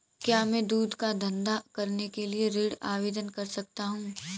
क्या मैं दूध का धंधा करने के लिए ऋण आवेदन कर सकता हूँ?